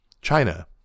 China